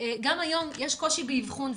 גם היום יש קושי באבחון,